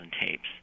tapes